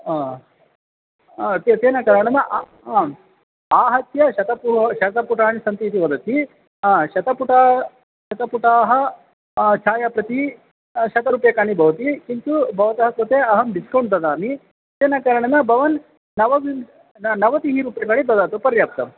आम् आम् तेन तेन कारणेन अहम् आम् आहत्य शतपुटाः शतपुटाः सन्ति इति वदति आं शतपुट शतपुटाः छायापतिः शतरूप्यकाणि भवति किन्तु भवतः कृते अहं डिस्कौण्ट् ददामि तेन कारणेन भवान् नवववतिः नवतिरूप्यकाणि ददातु पर्याप्तम्